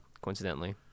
coincidentally